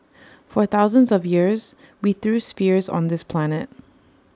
for thousands of years we threw spears on this planet